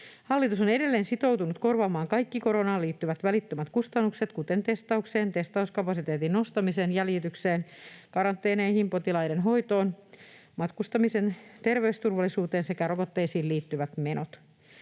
Hallitus on edelleen sitoutunut korvaamaan kaikki koronaan liittyvät välittömät kustannukset, kuten testaukseen, testauskapasiteetin nostamiseen, jäljitykseen, karanteeneihin, potilaiden hoitoon, matkustamisen terveysturvallisuuteen sekä rokotteisiin liittyvät menot.